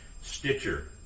Stitcher